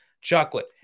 chocolate